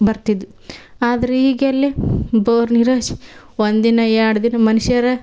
ಬರ್ತಿದ್ವು ಆದರೆ ಈಗೆಲ್ಲ ಬೋರ್ ನೀರೇ ಸ್ ಒಂದು ದಿನ ಎರಡು ದಿನ ಮನ್ಷರು